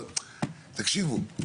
אבל תקשיבו,